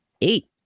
eight